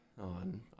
on